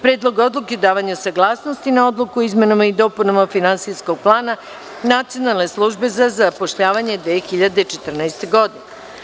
Predlog Odluke o davanju saglasnosti na Odluku o izmenama i dopunama finansijskog plana Nacionalne službe za zapošljavanje za 2014. godinu.